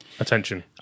Attention